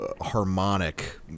harmonic